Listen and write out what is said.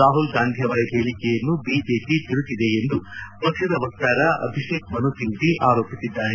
ರಾಹುಲ್ ಗಾಂಧಿ ಅವರ ಹೇಳಿಕೆಯನ್ನು ಬಿಜೆಪಿ ತಿರುಚಿದೆ ಎಂದು ಪಕ್ಷದ ವಕ್ಷಾರ ಅಭಿಷೇಕ್ ಮನು ಸಿಂಪ್ಟಿ ಆರೋಪಿಸಿದ್ದಾರೆ